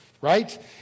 right